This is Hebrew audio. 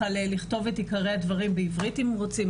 לכתוב את עיקרי הדברים בעברית אם רוצים.